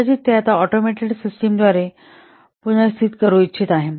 कदाचित ते आता ऑटोमेटेड सिस्टमद्वारे पुनर्स्थित करू इच्छित आहे